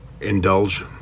indulge